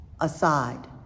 aside